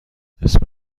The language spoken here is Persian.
اسم